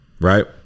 right